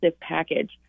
package